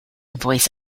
voice